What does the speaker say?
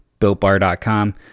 BuiltBar.com